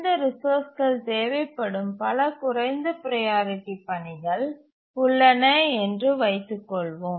இந்த ரிசோர்ஸ்கள் தேவைப்படும் பல குறைந்த ப்ரையாரிட்டி பணிகள் உள்ளன என்று வைத்துக் கொள்வோம்